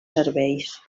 serveis